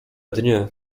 dnie